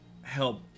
help